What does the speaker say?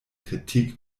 kritik